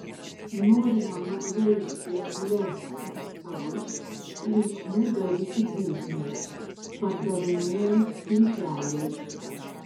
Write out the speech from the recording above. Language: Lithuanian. norima nugvelbti lez hektarus ir iš jų daryti biznį pardavinėjant sklypeliais